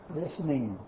listening